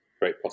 Great